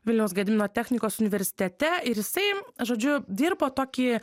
vilniaus gedimino technikos universitete ir jisai žodžiu dirbo tokį